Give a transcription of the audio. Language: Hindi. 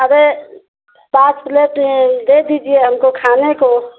अरे पाँच प्लेट दे दीजिये हमको खाने को